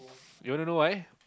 you want to know why